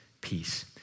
peace